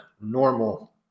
normal